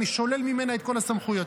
אני שולל ממנה את כל הסמכויות.